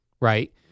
right